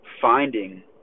finding